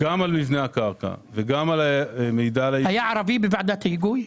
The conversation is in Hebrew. גם על מבנה הקרקע וגם על המידע -- היה ערבי בוועדת ההיגוי?